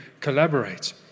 collaborate